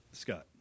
Scott